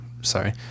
Sorry